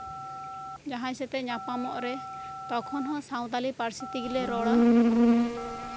ᱡᱟᱸᱦᱟᱭ ᱥᱟᱛᱮᱜ ᱧᱟᱯᱟᱢᱚᱜ ᱨᱮ ᱛᱚᱠᱷᱚᱱ ᱦᱚᱸ ᱥᱟᱶᱛᱟᱞᱤ ᱯᱟᱹᱨᱥᱤ ᱛᱮᱜᱮ ᱞᱮ ᱨᱚᱲᱼᱟ